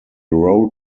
role